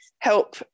help